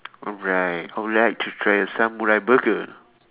alright I would like to try the samurai burger